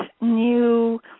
new